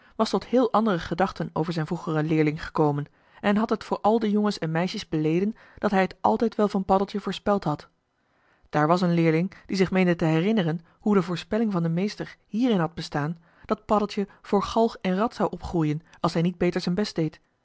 was tot heel andere gedachten over zijn vroegeren leerling gekomen en had het voor al de jongens en meisjes beleden dat hij t altijd wel van paddeltje voorspeld had daar was een leerling die zich meende te herinneren hoe de voorspelling van den meester hierin had bestaan dat paddeltje voor galg en rad zou opgroeien als hij niet beter zijn best deed